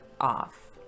off